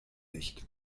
nicht